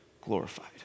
glorified